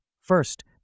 First